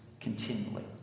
continually